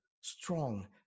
strong